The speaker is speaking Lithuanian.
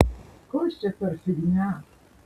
kas čia per fignia